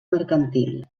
mercantil